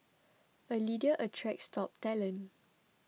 a leader attracts top talent